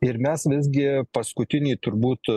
ir mes visgi paskutinį turbūt